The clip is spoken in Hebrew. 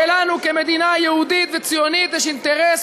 ולנו כמדינה יהודית וציונית יש אינטרס